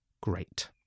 Great